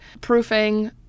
Proofing